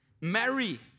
marry